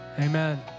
Amen